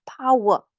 power